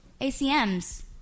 ACM's